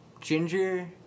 Ginger